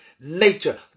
nature